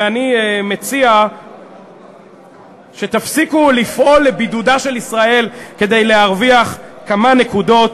ואני מציע שתפסיקו לפעול לבידודה של ישראל כדי להרוויח כמה נקודות.